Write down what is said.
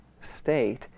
state